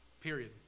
Period